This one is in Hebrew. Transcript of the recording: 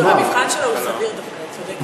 המבחן שלו הוא סביר דווקא, היא צודקת.